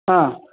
हा